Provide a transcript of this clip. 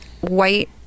white